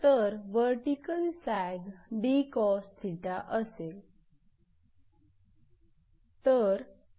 तर vertical sag 𝑑cos𝜃 असेल